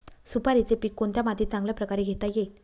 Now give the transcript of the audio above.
सुपारीचे पीक कोणत्या मातीत चांगल्या प्रकारे घेता येईल?